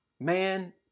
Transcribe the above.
Man